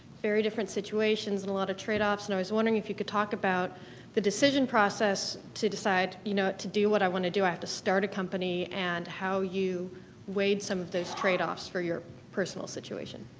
very different situations and a lot of tradeoffs, and i was wondering if you could talk about the decision process to decide, you know to do what i want to do i have to start a company and how you weighed some of those tradeoffs for your personal situation.